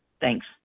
Thanks